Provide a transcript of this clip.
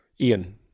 Ian